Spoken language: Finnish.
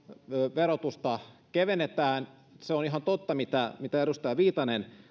verotusta kevennetään se on ihan totta mitä mitä edustaja viitanen